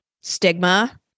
stigma